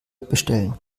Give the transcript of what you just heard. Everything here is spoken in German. bestellen